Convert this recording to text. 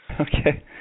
Okay